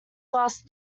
glass